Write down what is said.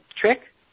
trick